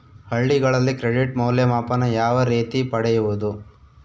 ಹಳ್ಳಿಗಳಲ್ಲಿ ಕ್ರೆಡಿಟ್ ಮೌಲ್ಯಮಾಪನ ಯಾವ ರೇತಿ ಪಡೆಯುವುದು?